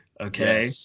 okay